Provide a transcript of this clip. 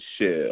shell